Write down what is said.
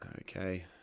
Okay